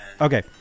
Okay